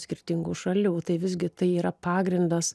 skirtingų šalių tai visgi tai yra pagrindas